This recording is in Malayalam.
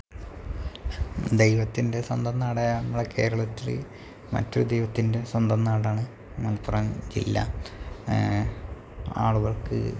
ദൈവത്തിൻ്റെ സ്വന്തം നാടായ നമ്മളുടെ കേരളത്തിൽ മറ്റൊരു ദൈവത്തിൻ്റെ സ്വന്തം നാടാണ് മലപ്പുറം ജില്ല ആളുകൾക്ക്